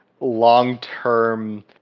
long-term